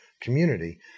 community